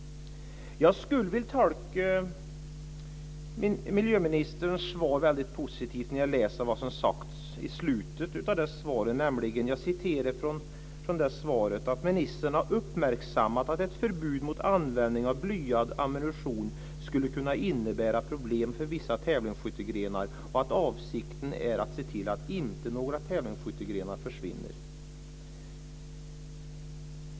Jag skulle vilja tolka miljöministerns svar väldigt positivt. Jag läser vad som står i slutet. Ministern har "uppmärksammat att ett förbud mot användning av blyad ammunition skulle kunna innebära problem för vissa tävlingsskyttegrenar", och avsikten är att "se till att inte någon tävlingsskyttegren försvinner."